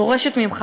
דורשת ממך,